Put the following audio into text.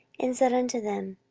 and said unto them,